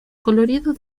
coloridos